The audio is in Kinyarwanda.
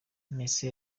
misa